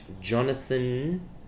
Jonathan